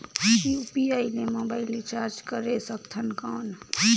UPI ले mobile recharge करे सकथन कौन?